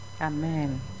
Amen